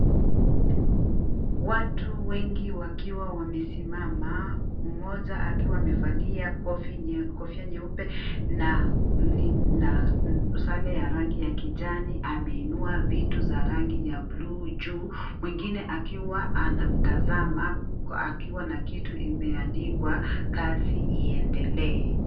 Watu wengi wakiwa wamesimama. Mmoja akiwa amevalia kofia nyeupe na sare ya rangi ya kijani. Ameinua vitu za rangi ya buluu juu. Mwingine akiwa anamtazama, akiwa na kitu imeandikwa kazi iendelee.